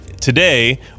today